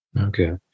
Okay